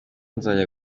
nzajya